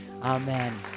Amen